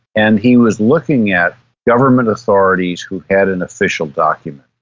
and he was looking at government authorities who had an official document.